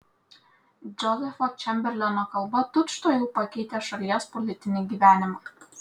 džozefo čemberleno kalba tučtuojau pakeitė šalies politinį gyvenimą